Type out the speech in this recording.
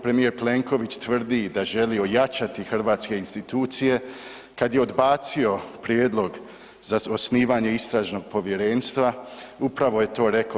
Premijer Plenković tvrdi da želi ojačati hrvatske institucije, kad je odbacio prijedlog za osnivanje istražnog povjerenstva upravo je to rekao.